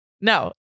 no